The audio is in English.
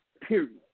period